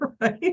Right